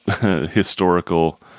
historical